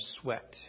sweat